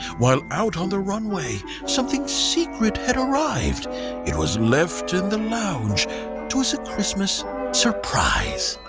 while out on the runway something secret had arrived it was left in the lounge twas a christmas surprise